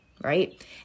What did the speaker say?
Right